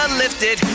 lifted